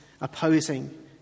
opposing